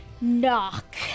Knock